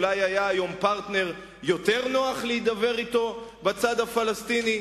אולי היה היום פרטנר יותר נוח להידבר אתו בצד הפלסטיני?